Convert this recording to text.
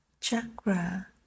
chakra